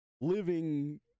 living